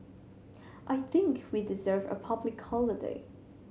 I think we deserve a public holiday